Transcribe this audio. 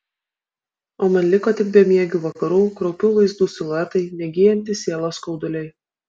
o man liko tik bemiegių vakarų kraupių vaizdų siluetai negyjantys sielos skauduliai